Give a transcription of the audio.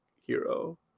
hero